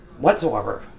Whatsoever